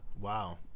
Wow